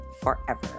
forever